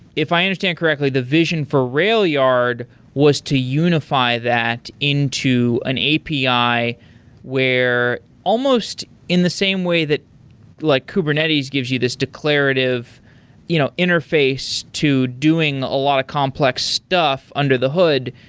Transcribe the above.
if i understand correctly, the vision for railyard was to unify that into an api where almost in the same way that like kubernetes gives you this declarative you know interface to doing a lot of complex stuff under the hood.